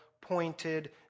pointed